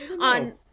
On